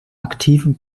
aktiven